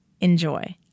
Enjoy